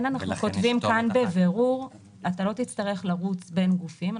אתה לא תצטרך לרוץ בין גופים.